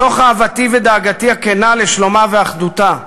מתוך אהבתי ודאגתי הכנה לשלומה ואחדותה,